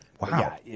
Wow